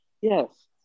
Yes